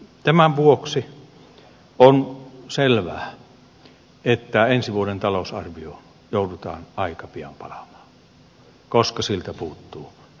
tämän vuoksi on selvää että ensi vuoden talousarvioon joudutaan aika pian palaamaan koska siltä puuttuu reaalipohja